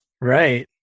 right